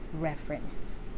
reference